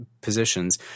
positions